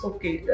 Okay